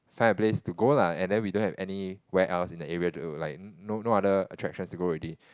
find a place to go lah and then we don't have any where else in the area to like no no other attractions to go already